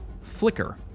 flicker